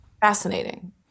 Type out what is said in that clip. fascinating